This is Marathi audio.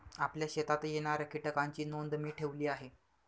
आपल्या शेतात येणाऱ्या कीटकांची नोंद मी ठेवली आहे